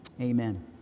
Amen